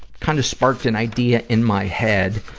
kind of sparked an idea in my head,